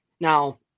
now